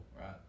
right